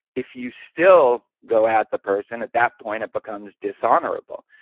if you still go at the person at that point it becomes dishonorable.